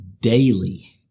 daily